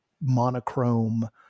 monochrome